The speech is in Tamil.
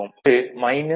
அது 38o